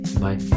Bye